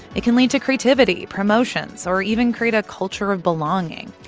it can lead to creativity, promotions or even create a culture of belonging.